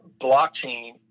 blockchain